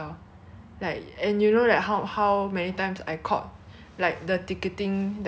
like the ticketing like the plane tickets company and like 那个 Airbnb